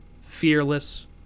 fearless